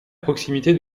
proximité